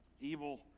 evil